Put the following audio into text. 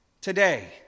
Today